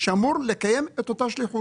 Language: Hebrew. שאמור לקיים את אותה שליחות.